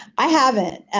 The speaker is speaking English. i haven't.